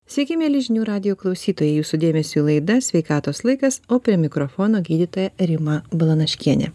sveiki mieli žinių radijo klausytojai jūsų dėmesiui laida sveikatos laikas o prie mikrofono gydytoja rima balanaškienė